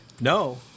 No